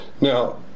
Now